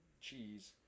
cheese